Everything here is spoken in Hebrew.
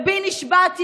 בי נשבעתי,